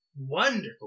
Wonderful